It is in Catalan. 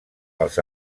els